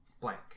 blank